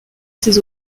ces